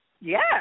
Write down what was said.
yes